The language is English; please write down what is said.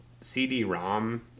cd-rom